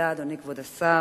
אדוני כבוד השר,